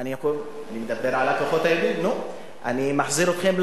אני, קצת קשה לי,